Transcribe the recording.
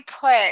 put